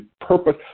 purpose